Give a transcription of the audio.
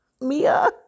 Mia